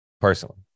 Personally